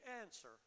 answer